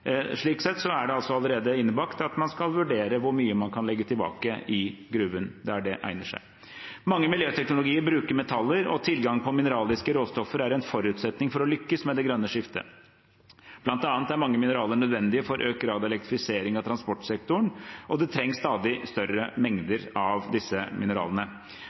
Slik sett er det allerede innbakt at man skal vurdere hvor mye man kan legge tilbake i gruven, der det egner seg. Mange miljøteknologier bruker metaller, og tilgang på mineralske råstoffer er en forutsetning for å lykkes med det grønne skiftet. Blant annet er mange mineraler nødvendige for økt grad av elektrifisering av transportsektoren, og det trengs stadig større mengder av disse mineralene.